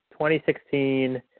2016